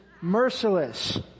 merciless